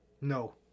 No